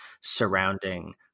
surrounding